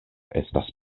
estas